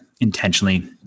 intentionally